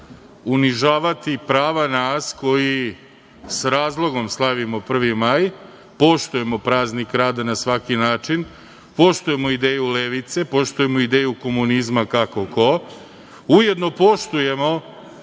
unižavati prava nas koji s razlogom slavimo 1. maj, poštujemo praznik rada na svaki način, poštujemo ideju levice, poštujemo ideju komunizma, kako ko, ujedno poštujemo